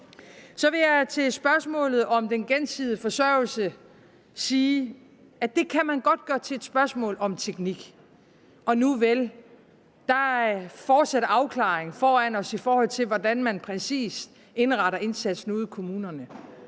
Så vil jeg til spørgsmålet om den gensidige forsørgelse sige, at det kan man godt gøre til et spørgsmål om teknik. Og nuvel, der fortsætter afklaringen i forhold til, hvordan man præcis indretter indsatsen ude i kommunerne.